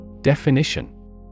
Definition